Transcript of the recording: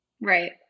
Right